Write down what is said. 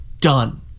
done